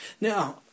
Now